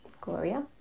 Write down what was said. Gloria